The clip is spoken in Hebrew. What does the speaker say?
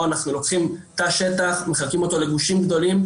בו אנחנו לוקחים תא שטח ומחלקים אותו לגושים גדולים,